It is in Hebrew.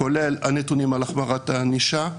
כולל הנתונים על החמרת הענישה,